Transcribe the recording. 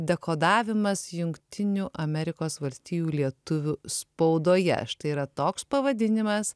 dekodavimas jungtinių amerikos valstijų lietuvių spaudoje štai yra toks pavadinimas